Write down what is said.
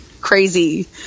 Crazy